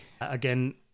Again